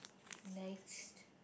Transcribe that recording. nice